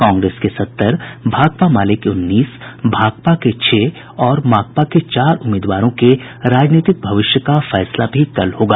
कांग्रेस के सत्तर भाकपा माले के उन्नीस भाकपा के छह और माकपा के चार उम्मीदवारों के राजनीतिक भविष्य का फैसला भी कल होगा